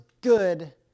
good